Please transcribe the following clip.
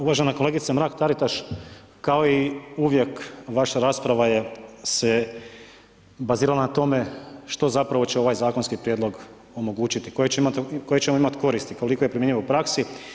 Uvažena kolegice Mrak Taritaš, kao i uvijek, vaša rasprava se bazirala na tome, što zapravo će ovaj zakonski prijedlog omogućiti, koje ćemo imati koristi, koliko je primjenjivo u praksi.